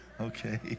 Okay